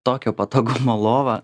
tokio patogumo lovą